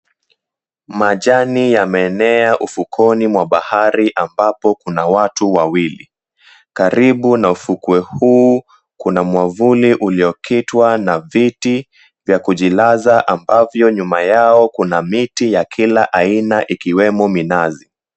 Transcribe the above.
Majani yameenea ufukoni mwa bahari ambapo kuna watu wawili. Karibu na ufukwe huu, kuna mwavuli uliokitwa na viti vya kujilaza ambavyo nyuma yao kuna miti ya kila aina ikiwemo minazi.